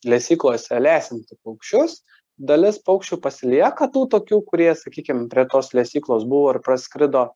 lesyklose lesinti paukščius dalis paukščių pasilieka nu tokių kurie sakykim prie tos lesyklos buvo ir praskrido